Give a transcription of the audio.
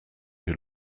who